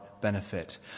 benefit